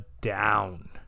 down